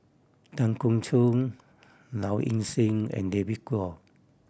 Tan Keong Choon Low Ing Sing and David Kwo